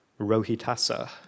Rohitasa